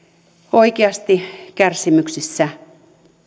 oikeasti kärsimyksissä